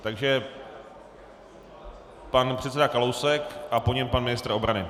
Takže pan předseda Kalousek a po něm pan ministr obrany.